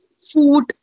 food